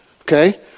Okay